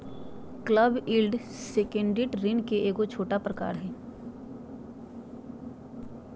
club deal syndicate ऋण के एगो छोटा प्रकार हय